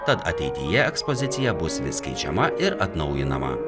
tad ateityje ekspozicija bus vis keičiama ir atnaujinama